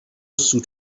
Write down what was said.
سوت